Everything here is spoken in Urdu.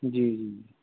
جی جی